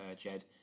Jed